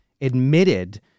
admitted